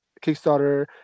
Kickstarter